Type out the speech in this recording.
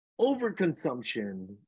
overconsumption